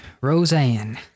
Roseanne